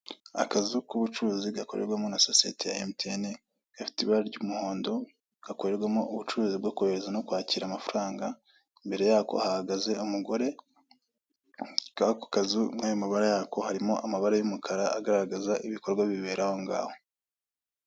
Akazu k'ubucuruzi gakorerwamo na sosiyete ya emutiyeni, gafite ibara ry'umuhondo. Gakorerwamo ubucuruzi bwo hokereza no kwakira amafaranga. Imbere yako hahagaze umugore. Kuri ako kazu, muri ayo mabara yako harimo amabara y'umukara agaragaza ibikorwa bibera aho ngaho.